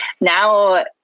now